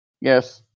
Yes